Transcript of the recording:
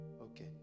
okay